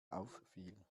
auffiel